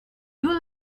you